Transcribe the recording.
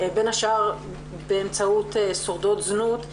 בין השאר באמצעות שורדות זנות.